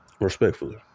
respectfully